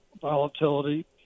volatility